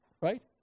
right